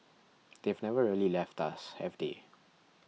they've never really left us have they